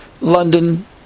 London